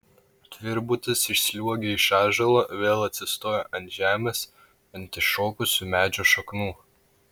tvirbutas išsliuogia iš ąžuolo vėl atsistoja ant žemės ant iššokusių medžio šaknų